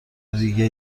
دیگه